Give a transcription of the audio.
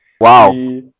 Wow